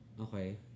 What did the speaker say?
Okay